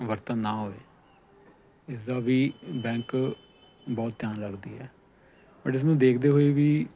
ਵਰਤਣ ਨਾ ਹੋਵੇ ਇਸ ਦਾ ਵੀ ਬੈਂਕ ਬਹੁਤ ਧਿਆਨ ਰੱਖਦੀ ਹੈ ਬਟ ਇਸਨੂੰ ਦੇਖਦੇ ਹੋਏ ਵੀ